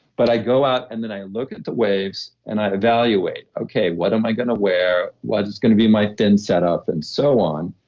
but i go out and then i look at the waves and i evaluate, okay, what am i going to wear? what is going to be my thin set up and so on.